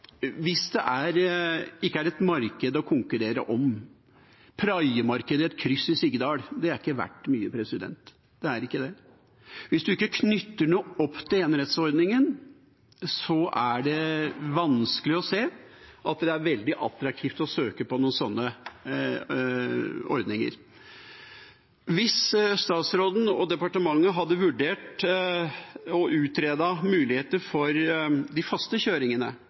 hvis det ikke er et marked å konkurrere om? Praiemarkedet i et kryss i Sigdal er ikke verdt mye. Det er ikke det. Hvis man ikke knytter noe opp til enerettsordningen, er det vanskelig å se at det er veldig attraktivt å søke på noen sånne ordninger. Hvis statsråden og departementet hadde vurdert å utrede muligheter for faste